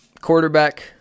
Quarterback